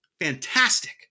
fantastic